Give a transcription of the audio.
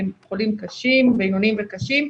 הם חולים קשים, בינונים וקשים.